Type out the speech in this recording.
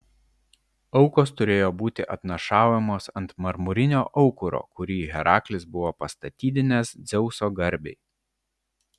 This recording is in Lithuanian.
aukos turėjo būti atnašaujamos ant marmurinio aukuro kurį heraklis buvo pastatydinęs dzeuso garbei